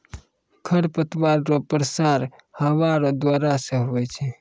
खरपतवार रो प्रसार हवा रो द्वारा से हुवै छै